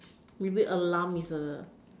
maybe alarm is a